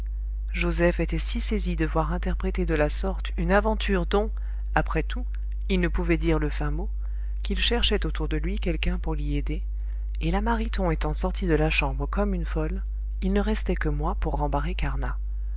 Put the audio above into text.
joseph était si saisi de voir interpréter de la sorte une aventure dont après tout il ne pouvait dire le fin mot qu'il cherchait autour de lui quelqu'un pour l'y aider et la mariton étant sortie de la chambre comme une folle il ne restait que moi pour rembarrer carnat